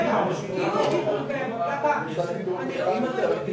קו ה-78